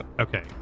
okay